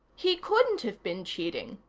he couldn't have been cheating,